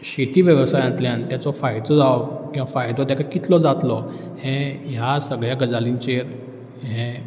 शेती वेवसायांतल्यान तेचो फायदो किंवां फायदो तेका कितलो जातलो हें ह्या सगळया गजालींचेर